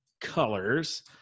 colors